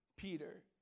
peter